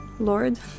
Lord